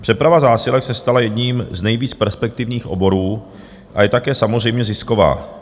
Přeprava zásilek se stala jedním z nejvíc perspektivních oborů a je také samozřejmě zisková.